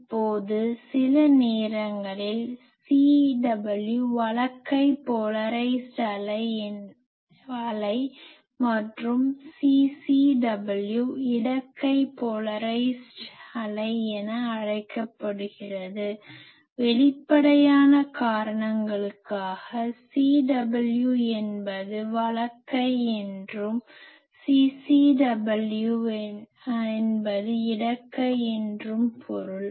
இப்போது சில நேரங்களில் CW வலக்கை போலரைஸ்ட் அலை மற்றும் CCW இடக்கை போலரைஸ்ட் அலை என அழைக்கப்படுகிறது வெளிப்படையான காரணங்களுக்காக CW என்பது வலக்கை என்றும் இந்த CCW இடக்கை என்றும் பொருள்